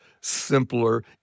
simpler